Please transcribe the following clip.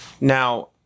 Now